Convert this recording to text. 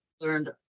learned